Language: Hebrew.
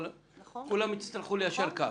כולם יצטרכו ליישר קו.